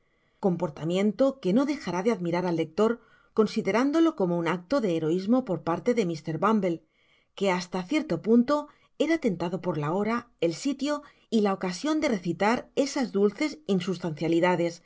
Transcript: comportamiento que no dejará de admirar el lector considerándolo como un acto de heroismo por parte de mr bumble que hasta cierto punto era tentado por la hora el sitio y la ocasion de recitar esas dulces insustancialidades